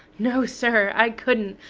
no, sir, i couldn't.